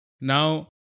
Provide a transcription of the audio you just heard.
Now